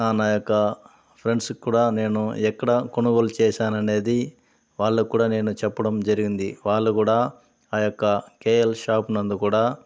నా యొక్క ఫ్రెండ్స్కి కూడా నేను ఎక్కడ కొనుగోలు చేశాను అనేది వాళ్ళకి కూడ నేను చెప్పడం జరిగింది వాళ్ళు కూడ ఆ యొక్క కేఎల్ షాపు నందు కూడ